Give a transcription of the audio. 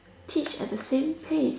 teach at the same pace